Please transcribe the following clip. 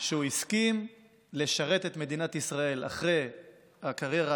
שהוא הסכים לשרת את מדינת ישראל אחרי הקריירה